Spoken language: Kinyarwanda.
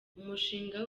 umushinga